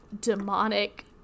demonic